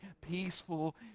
peaceful